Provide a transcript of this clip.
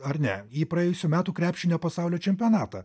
ar ne į praėjusių metų krepšinio pasaulio čempionatą